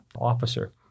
officer